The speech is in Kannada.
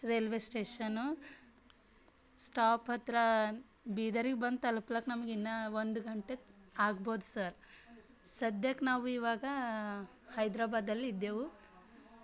ರೈಲ್ವೇ ಸ್ಟೇಷನ್ನು ಸ್ಟಾಪ್ ಹತ್ತಿರ ಬೀದರಿಗೆ ಬಂದು ತಲುಪ್ಲಕ್ಕ ನಮಗೆ ಇನ್ನೂ ಒಂದು ಗಂಟೆ ಆಗ್ಬೋದು ಸರ್ ಸದ್ಯಕ್ಕೆ ನಾವು ಇವಾಗ ಹೈದ್ರಾಬಾದಲ್ಲಿ ಇದ್ದೇವೆ